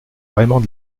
vraiment